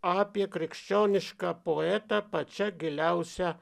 apie krikščionišką poetą pačia giliausia